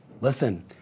listen